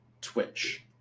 Twitch